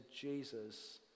Jesus